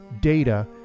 data